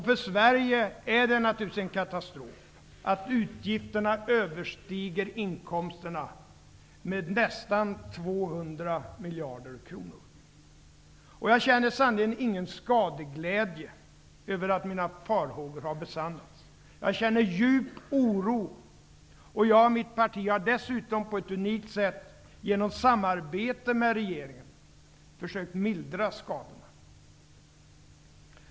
För Sverige är det naturligtvis en katastrof att utgifterna överstiger inkomsterna med nästan 200 Jag känner sannerligen ingen skadeglädje över att mina farhågor har besannats. Jag känner djup oro. Jag och mitt parti har dessutom på ett unikt sätt -- genom samarbete med regeringen -- försökt mildra skadorna.